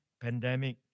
pandemic